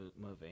movie